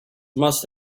must